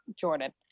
jordan